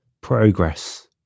progress